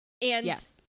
Yes